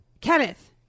Kenneth